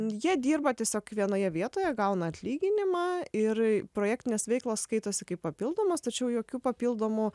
jie dirba tiesiog vienoje vietoje gauna atlyginimą ir projektinės veiklos skaitosi kaip papildomos tačiau jokių papildomų